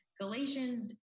Galatians